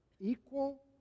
equal